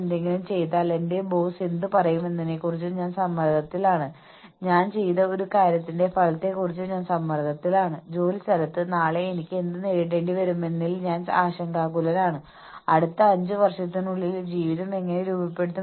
ഇവർ frontline staff ജീവനക്കാരാണ് ജോലികൾ വ്യക്തമായി വ്യക്തമാക്കിയ മുൻനിര തൊഴിലാളികൾക്ക് നൽകുന്ന പ്രോത്സാഹനങ്ങളാൽ അവർക്ക് പ്രയോജനം ലഭിക്കുന്നില്ല